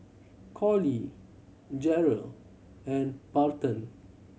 Callie Jarrell and Barton